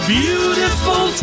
beautiful